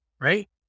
right